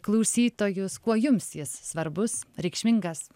klausytojus kuo jums jis svarbus reikšmingas